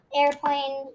airplane